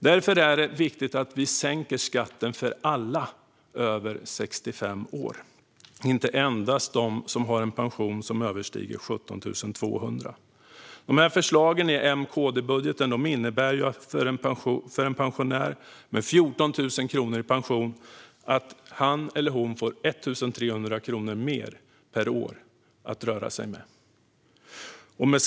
Därför är det viktigt att vi sänker skatten för alla över 65 år, inte endast för dem som har en pension som överstiger 17 200 kronor. Dessa förslag i M-KD-budgeten innebär för en pensionär med 14 000 kronor i pension att han eller hon får 1 300 kronor mer per år att röra sig med.